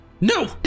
No